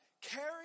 carry